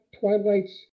Twilight's